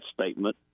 statement